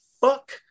fuck